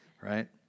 right